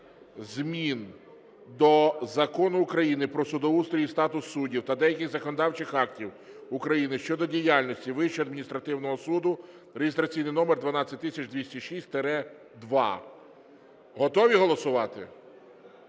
змін до Закону України "Про судоустрій і статус суддів" та деяких законодавчих актів України щодо діяльності Вищого адміністративного суду (реєстраційний номер 12206-2). Готові голосувати?